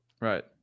right